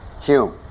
hume